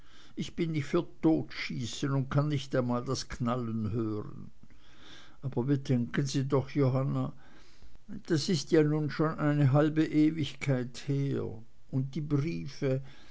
ich bin nicht für totschießen und kann nicht mal das knallen hören aber bedenken sie doch johanna das ist ja nun schon eine halbe ewigkeit her und die briefe